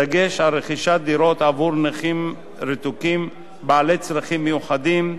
בדגש על רכישת דירות עבור נכים רתוקים בעלי צרכים מיוחדים,